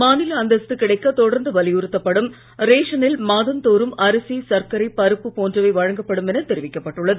மாநில அந்தஸ்து கிடைக்க தொடர்ந்து வலியுறுத்தப்படும் ரேஷனில் மாதந்தோறும் அரிசி சர்க்கரை பருப்பு போன்றவை வழங்கப்படும் எனத் தெரிவிக்கப்பட்டுள்ளது